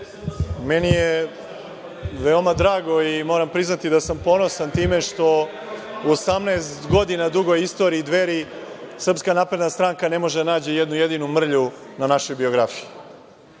je veoma drago i moram priznati da sam ponosan time što u 18 godina dugoj istoriji Dveri SNS ne može da nađe ni jednu jedinu mrlju u našoj biografiji.